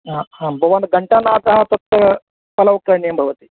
हा आ भवान् ग घण्टानादः तत्र फलौप् करणीयं भवति